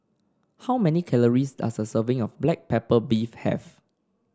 how many calories does a serving of Black Pepper Beef have